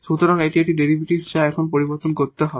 সুতরাং এটি একটি ডেরিভেটিভ যা এখন পরিবর্তন করতে হবে